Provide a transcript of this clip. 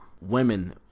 women